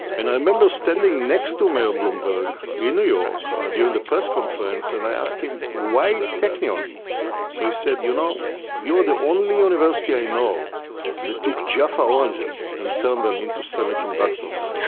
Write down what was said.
and i remember standing next to mayor bloomberg in new york during the press conference and i asked him, why technion? so he said, you know, you're the only university i know that took jaffa oranges and turned them into semiconductors.